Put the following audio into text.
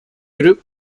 group